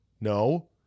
No